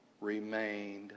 remained